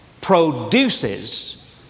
produces